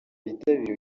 bitabira